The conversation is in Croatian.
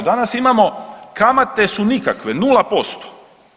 Danas imamo, kamate su nikakve, 0%